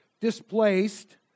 displaced